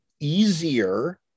easier